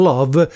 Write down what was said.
Love